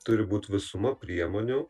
turi būt visuma priemonių